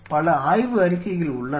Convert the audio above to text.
பல ஆய்வு அறிக்கைகள் உள்ளன